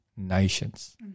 Nations